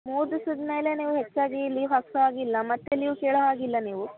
ಮೂರು ದಿವ್ಸದ ಮೇಲೆ ನೀವು ಹೆಚ್ಚಾಗಿ ಲೀವ್ ಹಾಕಿಸುವಾಗಿಲ್ಲ ಮತ್ತೆ ಲೀವ್ ಕೇಳೋ ಹಾಗಿಲ್ಲ ನೀವು